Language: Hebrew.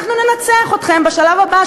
אנחנו ננצח אתכם בשלב הבא,